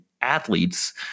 athletes